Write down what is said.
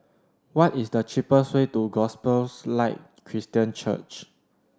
what is the cheapest way to Gospels Light Christian Church